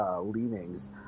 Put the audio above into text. leanings